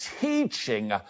teaching